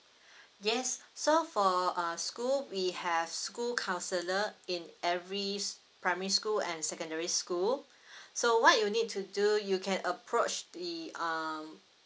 yes so for uh school we have school counsellor in every s~ primary school and secondary school so what you need to do you can approach the um